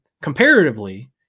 comparatively